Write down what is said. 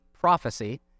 prophecy